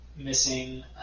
missing